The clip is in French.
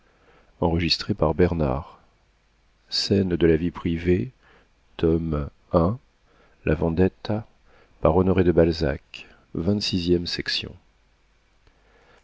scènes de la vie privée tome i by honoré de balzac